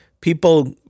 people